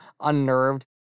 unnerved